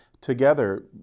together